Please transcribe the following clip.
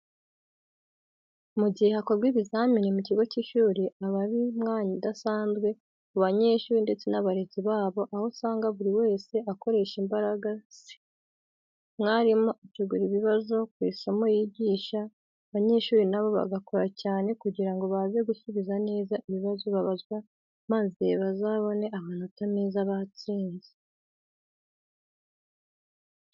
Mu gihe hakorwa ibizamini mu kigo cy'ishuri aba ari umwanya udasanzwe ku banyeshiri ndetse n'abarezi babo aho usanga buri wese akoresha imbaraga se. Umwarimu ategura ibibazo ku isomo yigisha, abanyeshuri nabo bagakora cyane kugirango baze gusubiza neza ibibazo babazwa maze bazabone amanota meza batsinze.